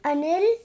Anil